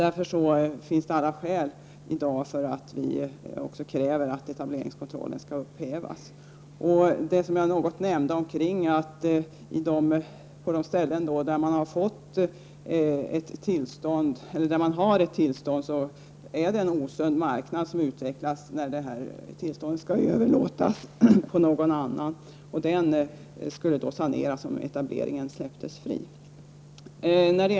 Därför finns det alla skäl för att vi i dag kräver att etableringskontrollen skall upphävas. Jag nämnde något i mitt anförande om att det på ställen där man har ett tillstånd utvecklas en osund marknad när tillståndet skall överlåtas på någon annan. Vi skulle här få en sanering om etableringskontrollen upphävdes.